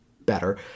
better